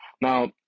Now